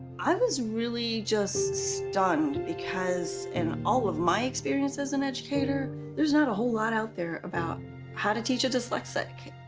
i was really just stunned because in all of my experience as an educator there's not a whole lot out there about how to teach a dyslexic.